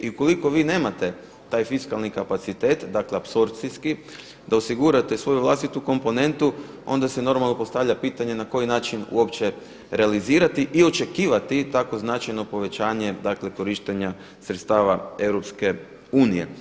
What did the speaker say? I ukoliko vi nemate taj fiskalni kapacitet, dakle apsorcijski da osigurate svoju vlastitu komponentu onda se normalno postavlja pitanje na koji način uopće realizirati i očekivati takvo značajno povećanje dakle korištenja sredstava EU.